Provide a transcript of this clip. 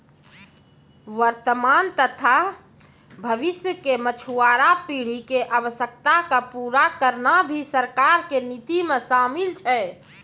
वर्तमान तथा भविष्य के मछुआरा पीढ़ी के आवश्यकता क पूरा करना भी सरकार के नीति मॅ शामिल छै